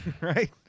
right